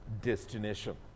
destination